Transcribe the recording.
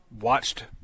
watched –